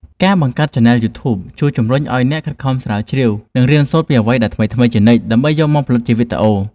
ការបង្កើតឆានែលយូធូប ជួយជម្រុញឱ្យអ្នកខិតខំស្រាវជ្រាវ និងរៀនសូត្រពីអ្វីដែលថ្មីៗជានិច្ច ដើម្បីយកមកផលិតជាវីដេអូ។